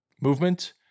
movement